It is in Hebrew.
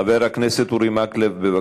חבר הכנסת אורי מקלב.